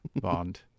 Bond